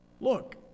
Look